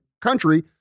country